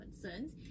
concerns